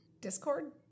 discord